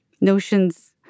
notions